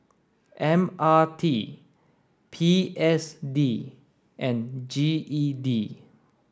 M R T P S D and G E D